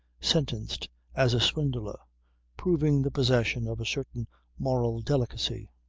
sentenced as a swindler proving the possession of a certain moral delicacy.